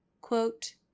Quote